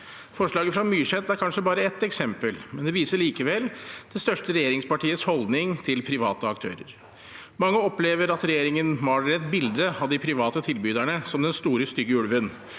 Forslaget fra Myrseth er kanskje bare ett eksempel, men det viser likevel det største regjeringspartiets holdning til private aktører. Mange opplever at regjeringen maler et bilde av de private tilbyderne som den store, stygge ulven